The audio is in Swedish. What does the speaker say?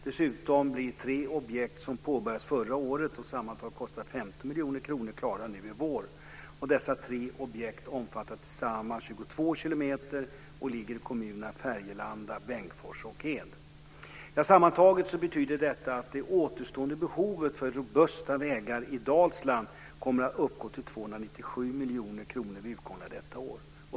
Dessutom blir tre objekt som påbörjades förra året och sammantaget kostar 50 miljoner kronor klara nu i vår. Dessa tre objekt omfattar tillsammans 22 kilometer och ligger i kommunerna Färjelanda, Bengtsfors och Sammantaget betyder detta att det återstående behovet för "Robusta vägar i Dalsland" kommer att uppgå till 297 miljoner kronor vid utgången av detta år.